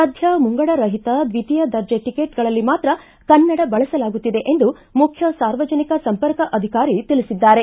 ಸಧ್ಯ ಮುಂಗಡ ರಹಿತ ದ್ವಿತೀಯ ದರ್ಜೆ ಟಕೆಚ್ಗಳಲ್ಲಿ ಮಾತ್ರ ಕನ್ನಡ ಬಳಸಲಾಗುತ್ತಿದೆ ಎಂದು ಮುಖ್ಯ ಸಾರ್ವಜನಿಕ ಸಂಪರ್ಕ ಅಧಿಕಾರಿ ತಿಳಿಸಿದ್ದಾರೆ